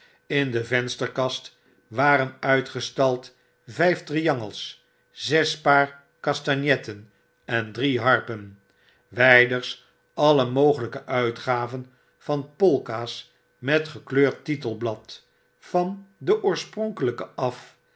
in de vensterkast waren uitgestald vijf triangles zespaarcastagnetten en drie harpen wpers alle mogelikeuitgaven van polka s met gekleurd titelblad van de oorspronkelgke af